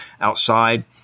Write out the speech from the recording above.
outside